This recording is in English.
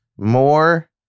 More